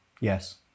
Yes